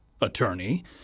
attorney